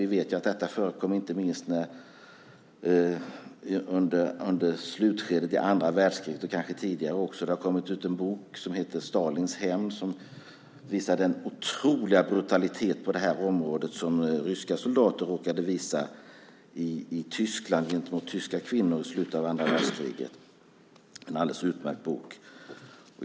Vi vet att det förekom inte minst under slutskedet av andra världskriget, och kanske tidigare också. Det har kommit ut en bok som heter Stalins hämnd . Den visar den otroliga brutalitet på det här området som ryska soldater visade i Tyskland gentemot tyska kvinnor i slutet av andra världskriget. Det är en alldeles utmärkt bok.